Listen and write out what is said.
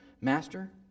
Master